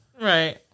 right